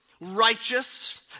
righteous